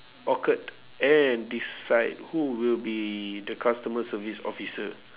occurred and decide who will be the customer service officer